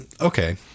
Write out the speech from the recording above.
okay